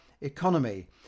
economy